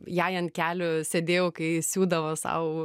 jai ant kelių sėdėjau kai siūdavo sau